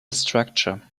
structure